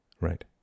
right